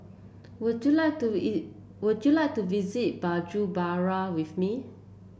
would you like to would you like to visit Bujumbura with me